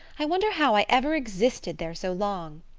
i wonder how i ever existed there so long.